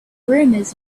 rumors